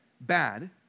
bad